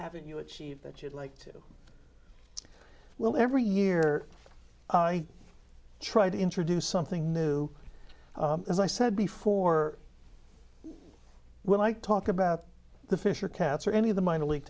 haven't you achieved that you'd like to well every year i try to introduce something new as i said before when i talk about the fisher cats or any of the minor league